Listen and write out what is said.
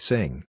Sing